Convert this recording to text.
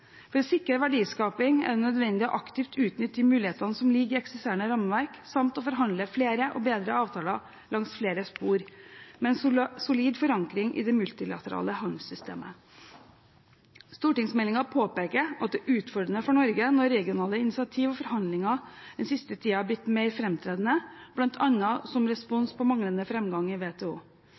For å sikre verdiskaping er det nødvendig aktivt å utnytte de mulighetene som ligger i eksisterende rammeverk, samt å forhandle flere og bedre avtaler langs flere spor, med en solid forankring i det multilaterale handelssystemet. Stortingsmeldingen påpeker at det er utfordrende for Norge når regionale initiativ og forhandlinger den siste tiden har blitt mer framtredende, bl.a. som respons på manglende framgang i WTO.